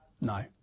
No